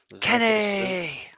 Kenny